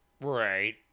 Right